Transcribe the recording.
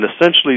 essentially